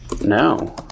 No